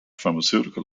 pharmaceutical